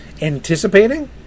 anticipating